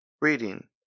reading